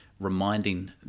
reminding